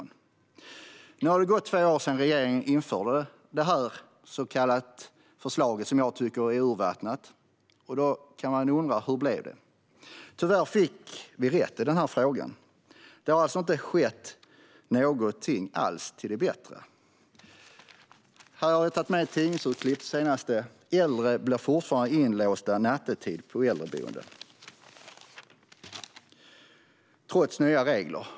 Nu har det gått två år sedan regeringen införde det urvattnade förslaget. Hur blev det då? Vi fick tyvärr rätt. Det har inte blivit bättre. I tidningen kan man läsa att äldre fortfarande blir inlåsta nattetid på äldreboenden trots nya regler.